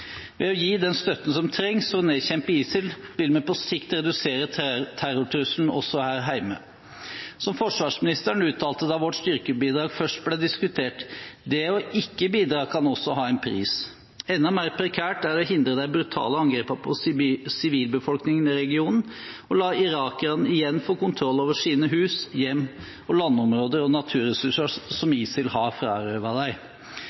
Ved å gi den støtten som trengs for å nedkjempe ISIL, vil vi på sikt redusere terrortrusselen også her hjemme. Som forsvarsministeren uttalte da vårt styrkebidrag først ble diskutert: Det å ikke bidra kan også ha en pris. Enda mer prekært er det å hindre de brutale angrepene på sivilbefolkningen i regionen og la irakerne igjen få kontroll over sine hus, hjem, landområder og naturressurser som